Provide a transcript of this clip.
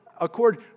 accord